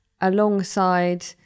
alongside